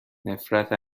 نفرت